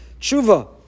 Tshuva